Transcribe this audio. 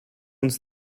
uns